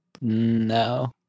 No